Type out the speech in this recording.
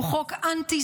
הוא חוק אנטי-ישראלי,